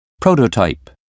Prototype